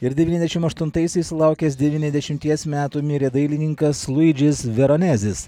ir devyniasdešimt aštuntaisiais sulaukęs devyniasdešimties metų mirė dailininkas luidžis veronezis